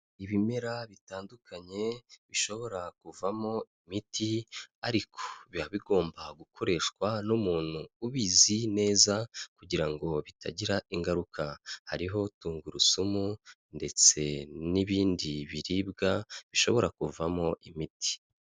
Ibimera bitandukanye bishobora kuvamo imiti, ariko biba bigomba gukoreshwa n'umuntu ubizi neza kugira ngo bitagira ingaruka, hariho tungurusumu ndetse n'ibindi biribwa bishobora kuvamo imiti.